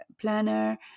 planner